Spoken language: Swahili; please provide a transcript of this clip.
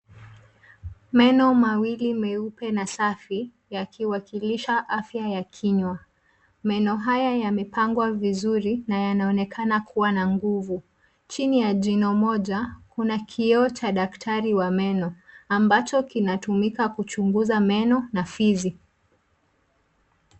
Meno mawili meupe na safi yakiwakilisha afya ya kinywa. Meno haya yamepangwa vizuri na yanaonekana kuwa na nguvu. Chini ya jino moja kuna kioo cha daktari wa meno ambacho kinatumika kuchuguza meno na fizi.